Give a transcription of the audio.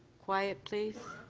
quiet, please.